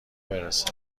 برسه